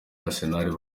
arsenal